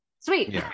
sweet